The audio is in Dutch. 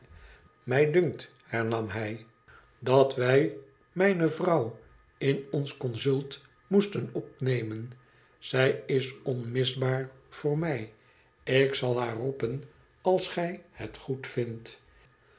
mij dunkt hernam hij dat wij mijne vrouw in ons consult moesten opnemen zij is onmisbaar voor mij ik zal haar roepen als gij het